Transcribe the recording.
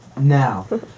Now